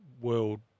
world